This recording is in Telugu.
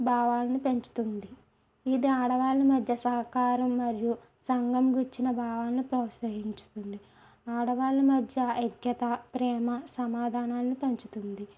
భావాలను పెంచుతుంది ఇది ఆడవాళ్ళ మధ్య సహకారం మరియు సంఘం గూర్చిన భావన ప్రోత్సహించుతుంది ఆడవాళ్ళ మధ్య ఐక్యత ప్రేమ సమాధానాలను పంచుతుంది